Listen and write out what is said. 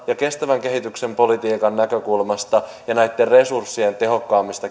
ja kestävän kehityksen politiikan näkökulmasta ja resurssien tehokkaamman